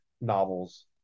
novels